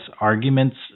arguments